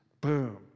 Boom